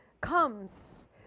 comes